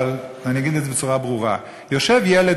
אבל אגיד את זה בצורה ברורה: יושב ילד